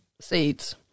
seeds